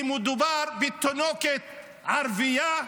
כי מדובר בתינוקת ערבייה,